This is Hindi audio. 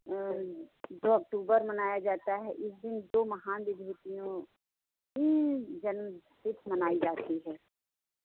दो अक्टूबर मनाया जाता है इस दिन दो महान विभूतियों की जन्म तिथि मनाई जाती है